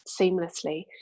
seamlessly